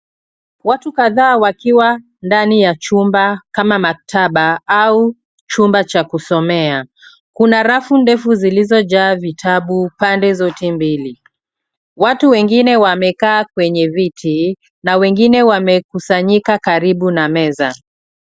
Watu kadhaa wakiwa ndani ya chumba kama maktaba au chumba cha kusomea. Kuna rafu ndefu zilizojaa vitabu pande zote mbili. Watu wengine wamekaa kwenye viti na wengine wamekusanyika karibu na meza.